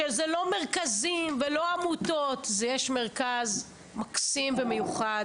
שזה לא מרכזים ולא עמותות יש מרכז מקסים ומיוחד.